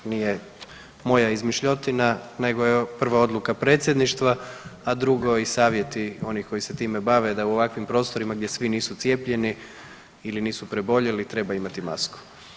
Nije moja izmišljotina nego je prvo odluka Predsjedništva, a drugo i savjeti onih koji se time bave, da u ovakvim prostorima gdje svi nisu cijepljeni ili nisu preboljeli, treba imati masku.